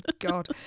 God